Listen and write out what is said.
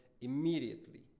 immediately